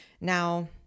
now